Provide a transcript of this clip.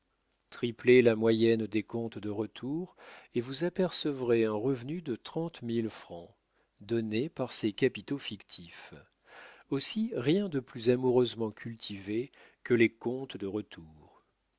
triplez la moyenne des comptes de retour et vous apercevrez un revenu de trente mille francs donné par ces capitaux fictifs aussi rien de plus amoureusement cultivé que les comptes de retour